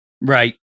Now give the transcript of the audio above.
right